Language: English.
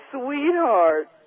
sweetheart